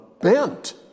bent